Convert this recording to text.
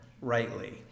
rightly